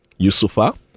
Yusufa